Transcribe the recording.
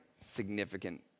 significant